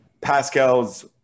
Pascal's